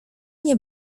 nie